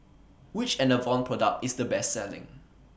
Which Enervon Product IS The Best Selling